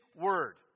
word